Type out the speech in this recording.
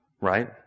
Right